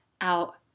out